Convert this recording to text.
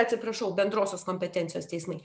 atsiprašau bendrosios kompetencijos teismai